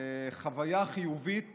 חוויה חיובית